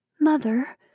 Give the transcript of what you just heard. Mother